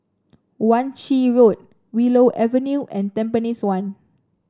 Wan Shih Road Willow Avenue and Tampines one